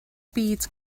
byd